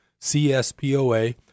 CSPOA